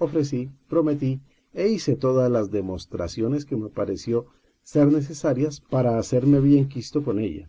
ofrecí p rometí e hice todas las demonstraciones que me pareció ser necesarias para hacerme bien quisto con ella